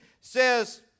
says